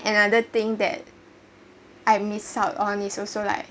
another thing that I miss out on is also like